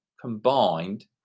combined